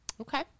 Okay